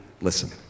listen